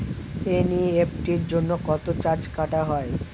NEFT জন্য কত charge কাটা হয়?